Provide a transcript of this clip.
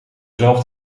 zelf